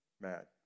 Mad